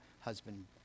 husband